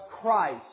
Christ